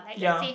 ya